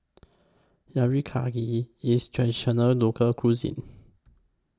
Teriyaki IS Traditional Local Cuisine